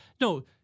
no